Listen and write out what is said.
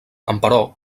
emperò